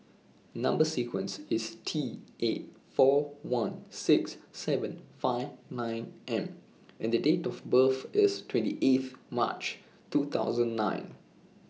Number sequence IS T eight four one six seven five nine M and Date of birth IS twenty eighth March two thousand nine